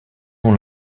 nom